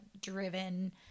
driven